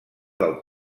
del